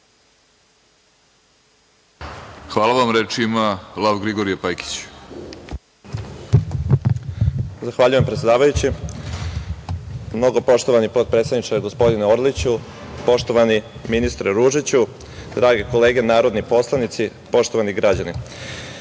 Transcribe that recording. Pajkić. **Lav-Grigorije Pajkić** Zahvaljujem, predsedavajući. Mnogopoštovani potpredsedniče, gospodine Orliću, poštovani ministre Ružiću, drage kolege narodni poslanici, poštovani građani,